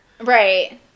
Right